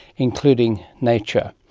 including nature.